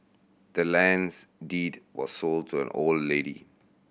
the land's deed was sold to old lady